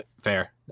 Fair